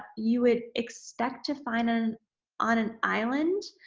you would expect to find in on an island